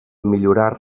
millorar